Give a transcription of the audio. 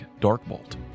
Darkbolt